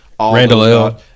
Randall